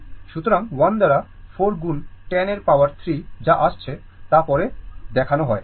সুতরাং 1 দ্বারা 4 গুণ 10 এর পাওয়ার 3 যা আসছে তা পরে দেখানো হয়